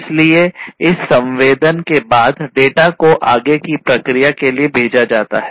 इसलिए इस संवेदन के बाद डाटा को आगे की प्रक्रिया के लिए भेजा जाता है